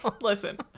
Listen